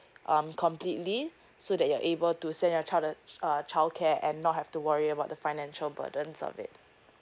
um completely so that you're able to send your child uh uh child care and not have to worry about the financial burdens of it